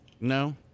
No